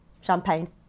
Champagne